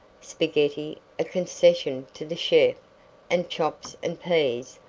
spaghetti concession to the chef and chops and peas,